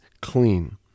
clean